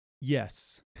Yes